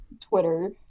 Twitter